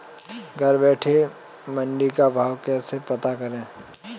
घर बैठे मंडी का भाव कैसे पता करें?